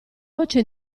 voce